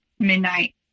midnight